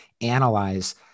analyze